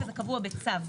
וזה קבוע בצו.